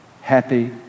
happy